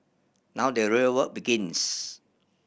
now the real work begins